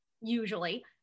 usually